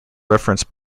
reference